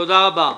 תודה רבה.